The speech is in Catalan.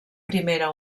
primera